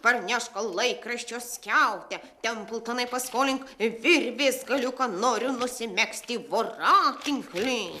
parnešk laikraščio skiautę templtonai paskolink virvės galiuką noriu nusimegzti voratinklį